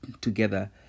together